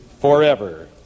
forever